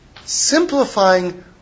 simplifying